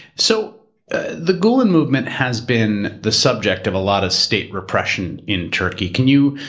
so ah the gulen movement has been the subject of a lot of state repression in turkey. can you